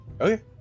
Okay